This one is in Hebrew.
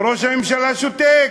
וראש הממשלה שותק.